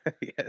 Yes